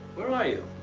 where are you?